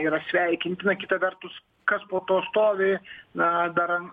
yra sveikintina kita vertus kas po to stovi na dar